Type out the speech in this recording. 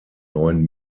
neuen